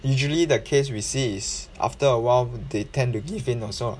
usually the case we see is after awhile they tend to give in also